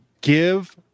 give